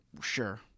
sure